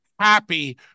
happy